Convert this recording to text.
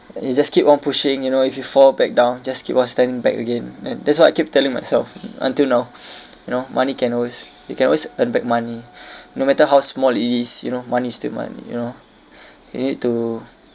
you just keep on pushing you know if you fall back down just keep on standing back again and that's what I keep telling myself mm until now you know money can always you can always earn back money no matter how small it is you know money is still money you know you need to